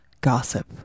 gossip